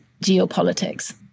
geopolitics